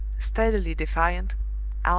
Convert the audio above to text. steadily defiant,